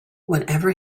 whenever